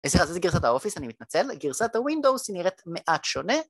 זה גרסת האופיס, אני מתנצל, גרסת הווינדאוס נראית מעט שונה.